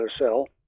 sell